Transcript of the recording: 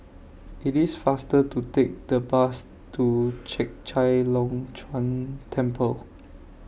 IT IS faster to Take The Bus to Chek Chai Long Chuen Temple